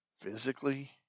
physically